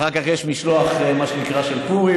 אחר כך יש משלוח, מה שנקרא, של פורים.